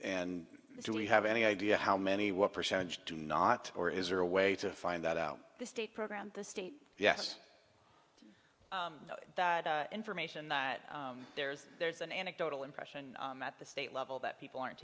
and do we have any idea how many what percentage do not or is there a way to find that out the state program the state yes the information that there's there's an anecdotal impression at the state level that people aren't